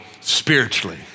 spiritually